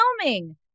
filming